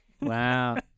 Wow